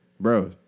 Bro